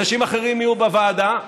אנשים אחרים יהיו בוועדה.